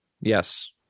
Yes